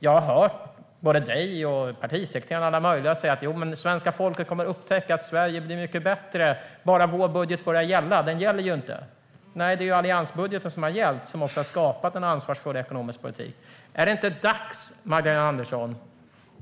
Jag har hört både Magdalena Andersson, partisekreteraren och alla möjliga säga att svenska folket kommer att upptäcka att Sverige blir mycket bättre bara deras budget börjar gälla, för den gäller ju inte än. Nej, för det är ju alliansbudgeten som har gällt och som också har skapat en ansvarsfull ekonomisk politik. Är det inte dags, Magdalena Andersson,